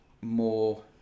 more